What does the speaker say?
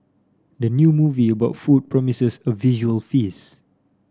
the new movie about food promises a visual feast